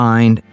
Mind